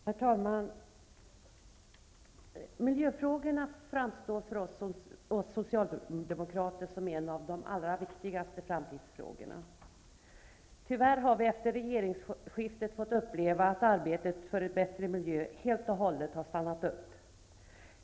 Herr talman! Miljöfrågorna framstår för oss socialdemokrater som en av de allra viktigaste framtidsfrågorna. Tyvärr har vi efter regeringsskiftet fått uppleva att arbetet för en bättre miljö helt och hållet har stannat upp.